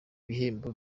bihembo